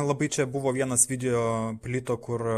labai čia buvo vienas video plito kur